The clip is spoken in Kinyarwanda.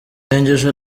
isengesho